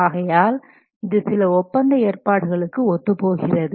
ஆகையால் இது சில ஒப்பந்த ஏற்பாடுகளுக்கு ஒத்துப் போகிறது